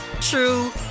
true